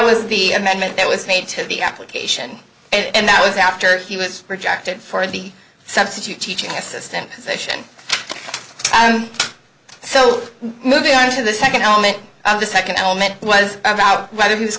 an amendment that was made to the application and that was after he was rejected for the substitute teaching assistant position so moving on to the second element of the second element was about whether